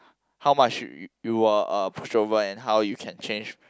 how much you you were a pushover and how you can change